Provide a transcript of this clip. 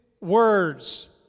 words